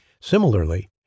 Similarly